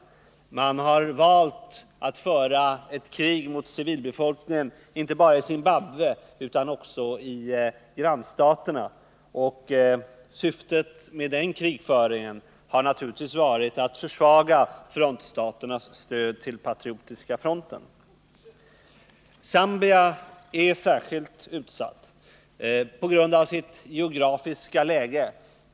Man = 7 december 1979 har valt att föra ett krig mot civilbefolkningen inte bara i Zimbabwe utan också i grannstaterna. Och syftet med den krigföringen har naturligtvis varit Om regeringsåtatt försvaga frontstaternas stöd till Patriotiska fronten. gärder med anled Zambia är särskilt utsatt på grund av sitt geografiska läge.